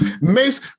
Mace